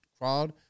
crowd